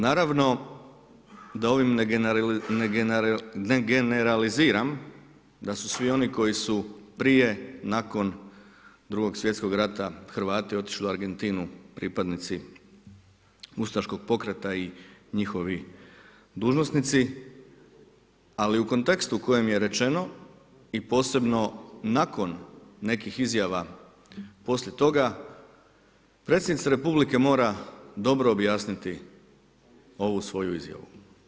Naravno da ovim ne generaliziram da su svi oni koji su prije, nakon Drugog svjetskog rata Hrvati otišli u Argentinu pripadnici ustaškog pokreta i njihovi dužnosnici, ali u kontekstu u kojem je rečeno i posebno nakon nekih izjava poslije toga, predsjednica Republike mora dobro objasniti ovu svoju izjavu.